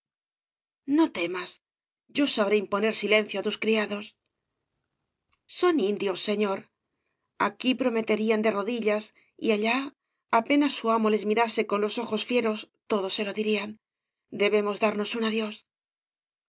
no temas yo sabré imponer silencio á tus criados son indios señor aquí prometerían de rodillas y allá apenas su amo les mirase con los ojos fieros todo se lo dirían debemos darnos un adiós